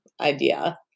idea